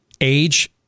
age